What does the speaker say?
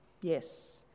Yes